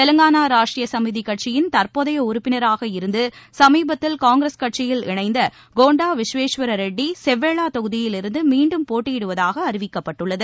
தெலங்கானா ராஷ்ட்ரிய சமிதி கட்சியின் தற்போதைய உறுப்பினராக இருந்து சமீபத்தில் காங்கிரஸ் கட்சியில் இணைந்த கோண்டா விஸ்வேஸ்வர ரெட்டி செவ்வேளா தொகுதியிலிருந்து மீண்டும் போட்டியிடுவதாக அறிவிக்கப்பட்டுள்ளது